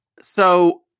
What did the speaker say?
So-